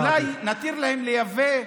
אז אולי נתיר להם לייבא.